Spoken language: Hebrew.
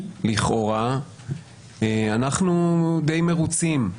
לכאורה אנחנו די מרוצים.